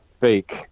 fake